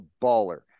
baller